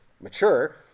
mature